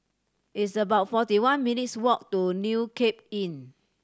it's about forty one minutes' walk to New Cape Inn